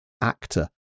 actor